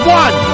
one